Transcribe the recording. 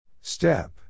Step